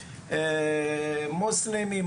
מוסלמים,